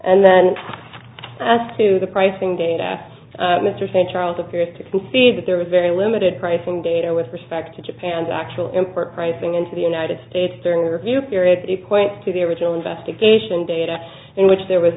and then as to the pricing data mr st charles appears to concede that there was very limited pricing data with respect to japan's actual import pricing into the united states during the review period equates to the original investigation data in which there was